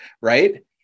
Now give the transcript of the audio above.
right